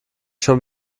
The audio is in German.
schon